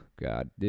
God